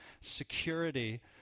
security